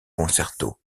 concertos